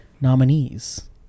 nominees